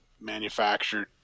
manufactured